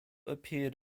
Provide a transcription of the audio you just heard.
appeared